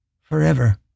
Forever